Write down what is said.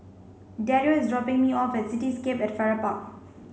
Dario is dropping me off at Cityscape at Farrer Park